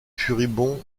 furibond